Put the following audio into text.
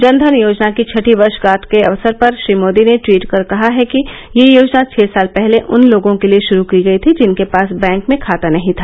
जनधन योजना की छठी वर्षगांठ के अवसर पर श्री मोदी ने ट्वीट कर कहा है कि यह योजना छह साल पहले उन लोगों के लिए शुरू की गई थी जिनके पास बैंक में खाता नहीं था